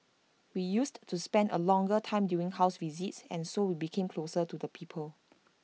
we used to spend A longer time during house visits and so we became closer to the people